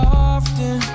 often